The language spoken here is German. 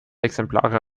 exemplare